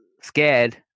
scared